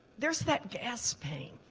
there's that gas pain.